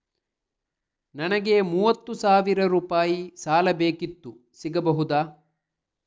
ನನಗೆ ಮೂವತ್ತು ಸಾವಿರ ರೂಪಾಯಿ ಸಾಲ ಬೇಕಿತ್ತು ಸಿಗಬಹುದಾ?